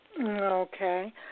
Okay